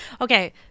Okay